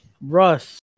Russ